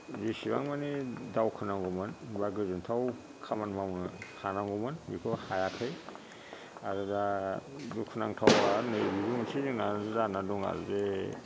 जेसेबां मानि दावखोनांगौमोन बा गोजोन्थाव खामानि मावनो हानांगौमोन बेखौ हायाखै आरो दा दुखुनांथावआ नैबेबो मोनसे जोंना जाना दङ आरो जे